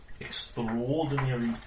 extraordinary